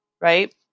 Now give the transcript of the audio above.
Right